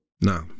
Now